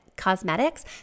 cosmetics